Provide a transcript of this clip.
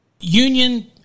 Union